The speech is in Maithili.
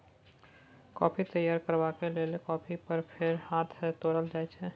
कॉफी तैयार करबाक लेल कॉफी फर केँ हाथ सँ तोरल जाइ छै